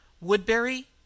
Woodbury